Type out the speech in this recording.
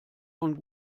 von